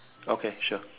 okay sure